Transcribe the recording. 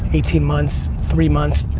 eighteen months, three months.